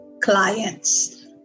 Clients